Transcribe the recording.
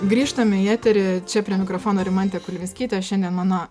grįžtame į eterį čia prie mikrofono rimantė kulvinskytė šiandien mano